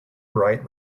bright